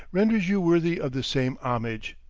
renders you worthy of the same homage!